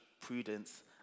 prudence